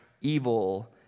evil